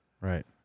Right